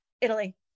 Italy